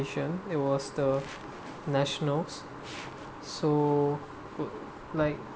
competition it was the nationals so like